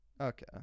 Okay